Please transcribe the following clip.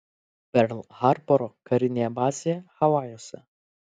perl harboro karinėje bazėje havajuose